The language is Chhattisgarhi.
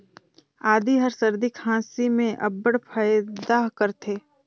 आदी हर सरदी खांसी में अब्बड़ फएदा करथे